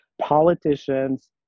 politicians